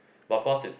but of course is